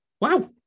wow